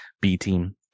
B-team